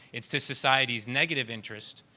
it's to society's negative interest,